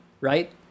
right